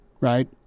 right